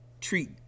treat